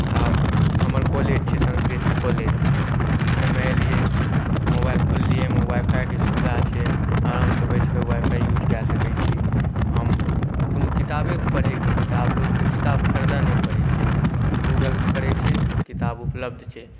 आब हमर कॉलेज छै संस्कृत कॉलेज एहिमे अइलिए मोबाइल खोललिए एहिमे वाइफाइके सुविधा छै आरामसँ बैसिकऽ वाइफाइ यूज कऽ सकै छी हम कोनो किताबे पढ़ैके छै तऽ आब लोकके किताब खरीदऽ नहि पड़ै छै गूगल करै छै किताब उपलब्ध छै